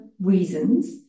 reasons